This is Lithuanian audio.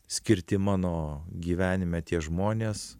skirti mano gyvenime tie žmonės